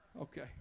okay